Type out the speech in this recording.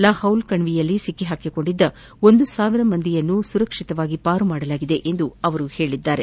ಲಾಹೌಲ್ ಕಣಿವೆಯಲ್ಲಿ ಸಿಕ್ಕಿ ಹಾಕಿಕೊಂಡಿದ್ದ ಒಂದು ಸಾವಿರ ಮಂದಿಯನ್ನು ರಕ್ಷಿಸಲಾಗಿದೆ ಎಂದು ಅವರು ಹೇಳಿದ್ದಾರೆ